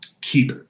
keep